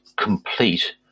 complete